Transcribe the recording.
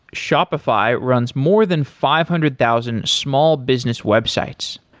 shopify runs more than five hundred thousand small business websites.